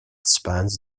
spans